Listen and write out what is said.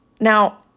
Now